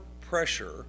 pressure